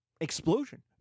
explosion